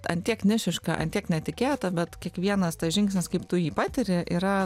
ant tiek nišiška ant tiek netikėta bet kiekvienas tas žingsnis kaip tu jį patiri yra